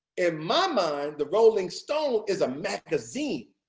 in my mind, the rolling stone is a magazine.